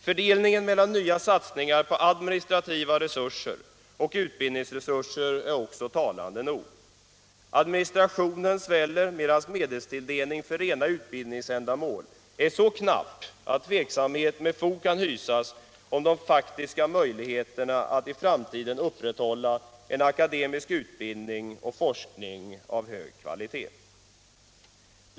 Fördelningen mellan nya satsningar på administrativa resurser och utbildningsresurser är också talande nog. Administrationen sväller, medan medelstilldelningen för rena utbildningsändamål är så knapp att tveksamhet med fog kan hysas om de faktiska möjligheterna att i framtiden upprätthålla en akademisk utbildning och forskning av hög kvalitet.